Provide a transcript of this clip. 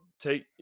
take